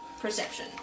perception